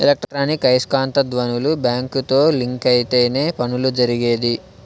electronic ఐస్కాంత ధ్వనులు బ్యాంకుతో లింక్ అయితేనే పనులు జరిగేది